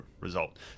result